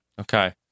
Okay